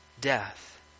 death